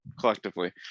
collectively